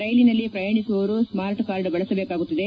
ರೈಲಿನಲ್ಲಿ ಪ್ರಯಾಣಿಸುವವರು smart card ಬಳಸಬೇಕಾಗುತ್ತದೆ